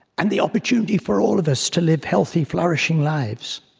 and the opportunity for all of us to live healthy flourishing lives.